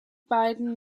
beiden